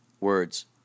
words